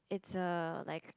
it's a like